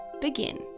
begin